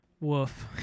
woof